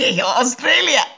Australia